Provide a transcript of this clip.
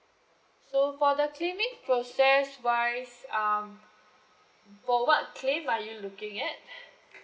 so for the claiming process wise um for what claim are you looking at